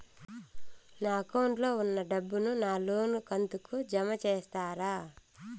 నా అకౌంట్ లో ఉన్న డబ్బును నా లోను కంతు కు జామ చేస్తారా?